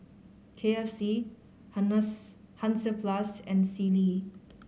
K F C Hansaplast and Sealy